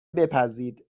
بپزید